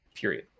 Period